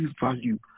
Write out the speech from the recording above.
value